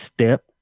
step